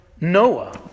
Noah